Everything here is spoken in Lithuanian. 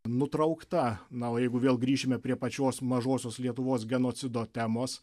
nutraukta na o jeigu vėl grįšime prie pačios mažosios lietuvos genocido temos